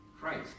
Christ